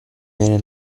viene